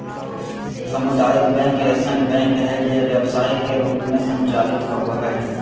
सामुदायिक बैंक ऐसन बैंक हइ जे व्यवसाय के रूप में संचालित होबो हइ